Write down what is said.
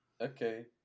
Okay